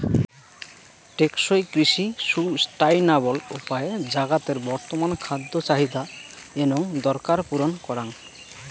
টেকসই কৃষি সুস্টাইনাবল উপায়ে জাগাতের বর্তমান খাদ্য চাহিদা এনং দরকার পূরণ করাং